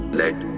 let